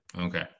okay